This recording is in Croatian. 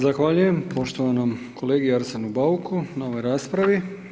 Zahvaljujem poštovanom kolegi Arsenu Bauku na ovoj raspravi.